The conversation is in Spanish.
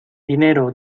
dinero